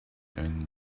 and